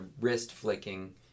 wrist-flicking